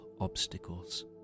obstacles